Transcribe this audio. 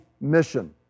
mission